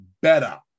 better